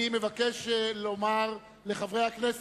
אני מבקש לומר לחברי הכנסת,